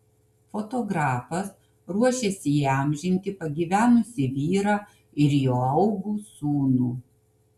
fotografas ruošiasi įamžinti pagyvenusį vyrą ir jo augų sūnų